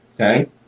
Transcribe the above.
Okay